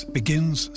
begins